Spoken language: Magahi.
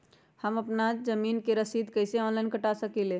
हम अपना जमीन के रसीद कईसे ऑनलाइन कटा सकिले?